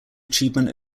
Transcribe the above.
achievement